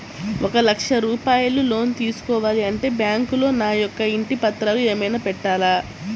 ఒక లక్ష రూపాయలు లోన్ తీసుకోవాలి అంటే బ్యాంకులో నా యొక్క ఇంటి పత్రాలు ఏమైనా పెట్టాలా?